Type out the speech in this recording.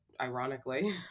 ironically